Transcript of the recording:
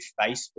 Facebook